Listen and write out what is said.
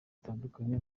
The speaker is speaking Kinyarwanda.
zitandukanye